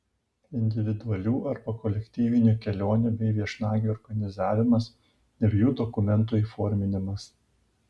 individualių arba kolektyvinių kelionių bei viešnagių organizavimas ir jų dokumentų įforminimas